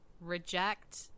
reject